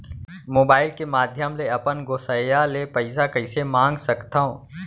Mobile के माधयम ले अपन गोसैय्या ले पइसा कइसे मंगा सकथव?